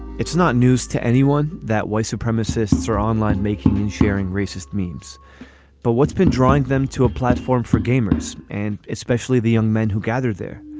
it's not news to anyone that white supremacists are online making and sharing racist means but what's been drawing them to a platform for gamers and especially the young men who gathered there.